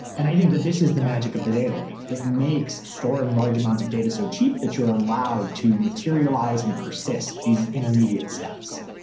and i think that this is the magic of the data lake. it makes storing large amounts of data so cheap that you're allowed to materialize and persist these intermediate steps.